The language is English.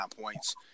points